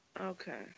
Okay